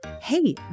Hey